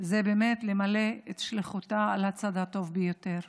זה באמת למלא את שליחותה על הצד הטוב ביותר,